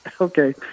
Okay